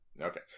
okay